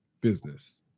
business